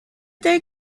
they